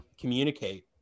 communicate